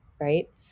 right